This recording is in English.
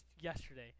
yesterday